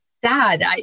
Sad